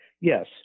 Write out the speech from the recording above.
yes